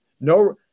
No